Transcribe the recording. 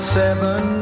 seven